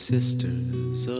Sisters